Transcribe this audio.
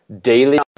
daily